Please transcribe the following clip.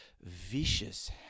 vicious